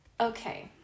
Okay